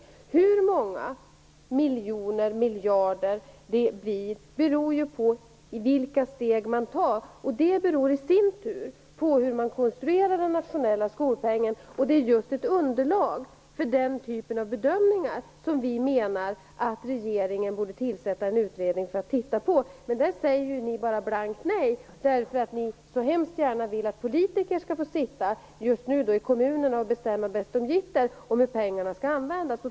Hur många miljoner miljarder det blir beror på vilka steg man tar, och det beror i sin tur på hur man konstruerar den nationella skolpengen. Det är just för att få fram ett underlag för den typen av bedömningar som vi menar att regeringen borde tillsätta en utredning. Men ni säger bara blankt nej till detta, eftersom ni så gärna vill att politikerna - för närvarande de i kommunerna - skall få sitta och bestämma bäst de gitter om hur pengarna skall användas.